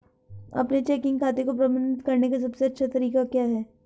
अपने चेकिंग खाते को प्रबंधित करने का सबसे अच्छा तरीका क्या है?